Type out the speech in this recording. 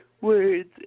words